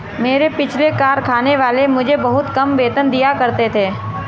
मेरे पिछले कारखाने वाले मुझे बहुत कम वेतन दिया करते थे